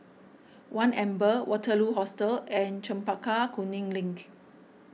one Amber Waterloo Hostel and Chempaka Kuning Link